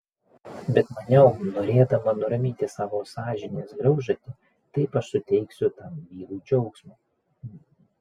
bet maniau norėdama nuraminti savo sąžinės graužatį taip aš suteiksiu tam vyrui džiaugsmo